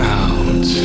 out